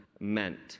Meant